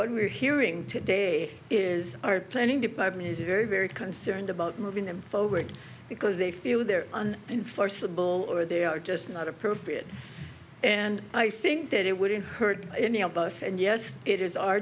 what we're hearing today is our planning department is very very concerned about moving them forward because they feel they're on enforceable or they are just not appropriate and i think that it wouldn't hurt any of us and yes it is our